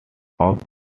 off